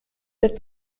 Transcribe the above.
wird